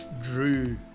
Drew